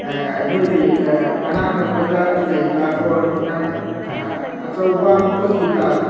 ꯑꯩꯈꯣꯏꯒꯤ ꯃꯅꯥꯛ ꯅꯛꯄꯗ ꯂꯩꯕ ꯑꯣꯔ ꯈꯤꯇꯪ ꯑꯆꯧꯕ ꯍꯣꯁꯄꯤꯇꯥꯜ